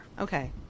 Okay